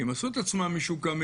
אם עשו את עצמם משוקמים,